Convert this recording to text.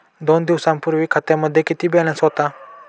दोन दिवसांपूर्वी खात्यामध्ये किती बॅलन्स होता?